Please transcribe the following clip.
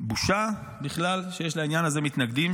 בושה בכלל שיש לעניין הזה מתנגדים,